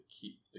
keep